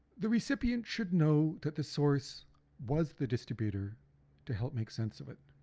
the recipient should know that the source was the distributor to help make sense of it.